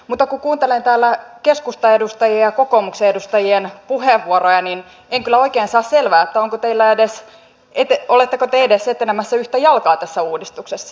mutta kun kuuntelen täällä keskustan edustajien ja kokoomuksen edustajien puheenvuoroja niin en kyllä oikein saa selvää oletteko te edes etenemässä yhtä jalkaa tässä uudistuksessa